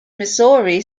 missouri